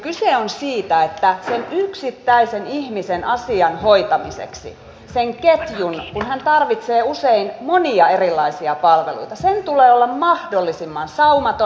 kyse on siitä että sen yksittäisen ihmisen asian hoitamiseksi kun hän tarvitsee usein monia erilaisia palveluita sen ketjun tulee olla mahdollisimman saumaton